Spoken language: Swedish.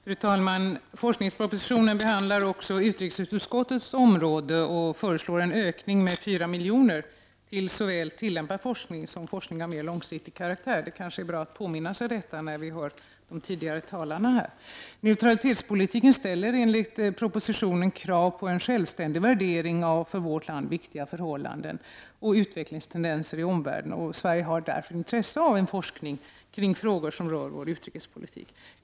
Fru talman! I forskningspropositionen behandlas också utrikesutskottets område och föreslås en ökning med 4 miljoner till såväl tillämpad forskning som forskning av mer långsiktig karaktär. Det kanske är bra att påminna sig detta när man har hört de tidigare talarna. Neutralitetspolitiken ställer enligt vad som sägs i propositionen krav på en självständig värdering av för vårt land viktiga förhållanden och utvecklingstendenser i omvärlden. Sverige har därför intresse av forskning kring frågor som rör vår utrikespolitik.